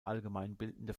allgemeinbildende